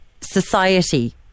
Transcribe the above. society